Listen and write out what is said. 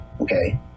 Okay